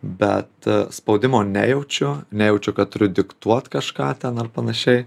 bet spaudimo nejaučiu nejaučiu kad turiu diktuot kažką panašiai